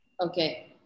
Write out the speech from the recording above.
Okay